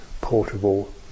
portable